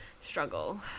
struggle